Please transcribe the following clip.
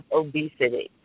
obesity